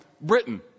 Britain